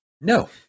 No